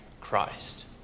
Christ